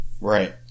Right